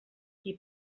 qui